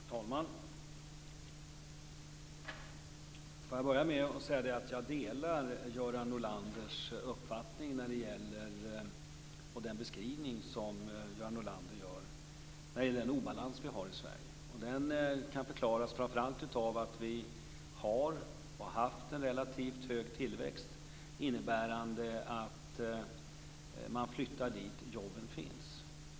Fru talman! Jag får börja med att säga att jag delar Göran Norlanders uppfattning och att jag håller med om den beskrivning han gör av den obalans vi har i Sverige. Den kan framför allt förklaras av att vi har och har haft en relativt hög tillväxt. Det innebär att man flyttar dit där jobben finns.